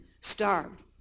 starved